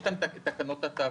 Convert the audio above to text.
יש את תקנות התעבורה.